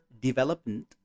development